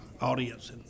audience